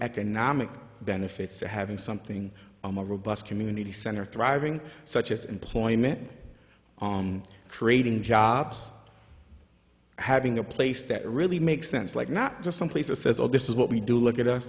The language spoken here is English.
economic benefits to having something a more robust community center thriving such as employment on creating jobs having a place that really makes sense like not just some places says oh this is what we do look at us